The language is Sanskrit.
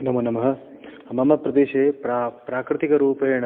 नमो नमः मम प्रदेशे प्राकृतिकरूपेण